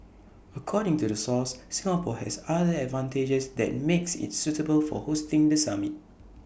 according to the source Singapore has other advantages that makes IT suitable for hosting the summit